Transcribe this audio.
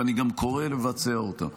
ואני גם קורא לבצע אותה.